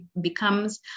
becomes